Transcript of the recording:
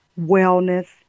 wellness